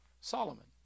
Solomon